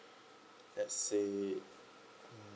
let's say